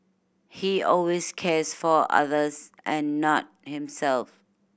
he always cares for others and not himself